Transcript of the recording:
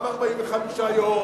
גם 45 יום,